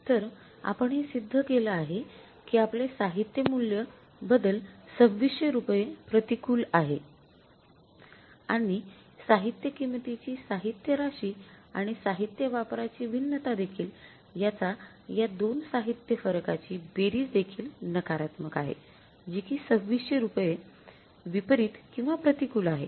तर आपण हे सिद्ध केलं आहे कि आपले साहित्य मूल्य बदल २६०० रुपये प्रतिकूल आहे आणि साहित्य किमतीची साहित्य राशी आणि साहित्य वापराची भिन्नता देखील याचा या दोन साहित्यफरकाची बेरीज देखील नकारात्मक आहे जी कि २६०० रुपये विपरीत किंवा प्रतिकूल आहे